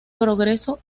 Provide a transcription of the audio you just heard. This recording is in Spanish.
progreso